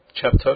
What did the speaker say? Chapter